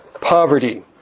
poverty